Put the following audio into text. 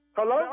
Hello